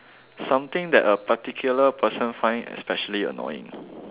something that a particular person find especially annoying